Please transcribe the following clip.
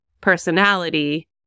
personality